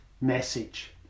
message